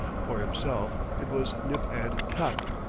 for himself, it was nip-and-tuck,